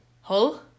Hull